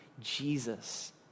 Jesus